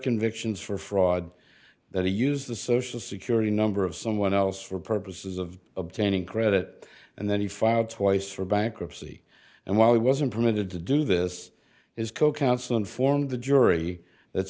convictions for fraud that he used the social security number of someone else for purposes of obtaining credit and then he filed twice for bankruptcy and while he wasn't permitted to do this is co counsel inform the jury that